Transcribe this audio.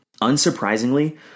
Unsurprisingly